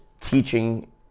teaching